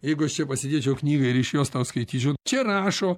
jeigu aš čia pasėdėčiau knygą ir iš jos tau skaityčiau čia rašo